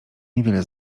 niewiele